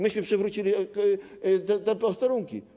Myśmy przywrócili te posterunki.